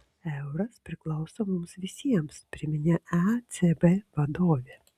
euras priklauso mums visiems priminė ecb vadovė